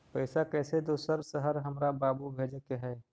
पैसा कैसै दोसर शहर हमरा बाबू भेजे के है?